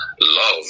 love